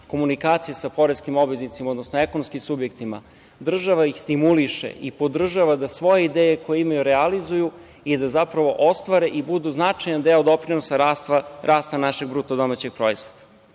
komunikacije sa poreskim obveznicima, odnosno ekonomskim subjektima država ih stimuliše i podržava da svoje ideje koje imaju realizuju i da ostvare i budu značajan deo doprinosa rasta našeg BDP.Takođe, kao što